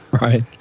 Right